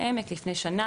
ב- ׳עמק׳ למשל,